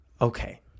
Okay